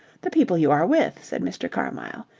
the people you are with, said mr. carmyle.